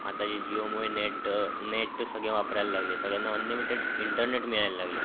आता जे जिओमुळे नेट नेट तर सगळे वापरायला लागले सगळ्यांना अनलिमिटेड इंटरनेट मिळायला लागलं